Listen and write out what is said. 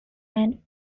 and